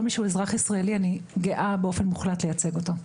כל מי שהוא אזרח ישראלי אני גאה באופן מוחלט לייצג אותו.